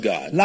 God